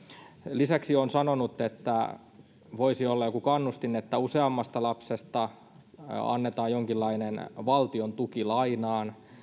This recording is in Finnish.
lisäksi olen sanonut että voisi olla joku kannustin että useammasta lapsesta annetaan jonkinlainen valtion tuki lainaan